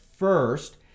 first